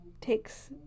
takes